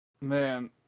Man